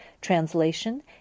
translation